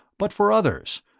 but for others,